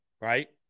right